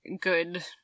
good